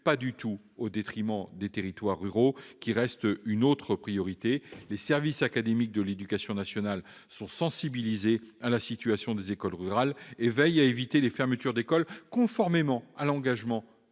pas du tout au détriment des territoires ruraux, qui restent une autre priorité. Les services académiques de l'éducation nationale sont sensibilisés à la situation des écoles rurales et veillent à éviter les fermetures d'écoles, conformément à l'engagement